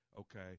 okay